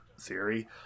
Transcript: theory